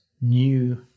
new